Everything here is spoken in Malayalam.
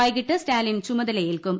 വൈകിട്ട് സ്റ്റാലിൻ ചുമതലയേൽക്കും